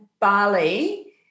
Bali